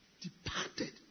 Departed